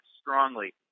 strongly